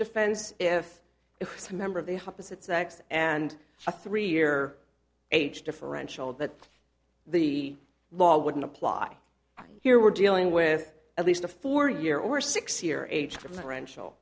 defends if it's a member of the opposite sex and a three year age differential that the law wouldn't apply here we're dealing with at least a four year or six year age from rancho